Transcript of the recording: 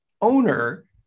owner